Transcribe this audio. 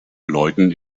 läuten